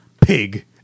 pig